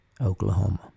Oklahoma